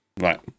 Right